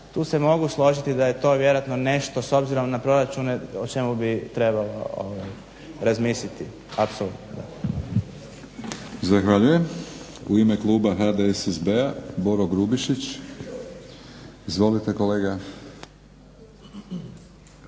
tu se mogu složiti da je to vjerojatno nešto s obzirom na proračune o čemu bi trebalo razmisliti apsolutno. **Batinić, Milorad (HNS)** Zahvaljujem. U ime kluba HDSSB-a Boro Grubišić. Izvolite kolega.